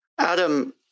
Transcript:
Adam